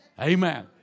Amen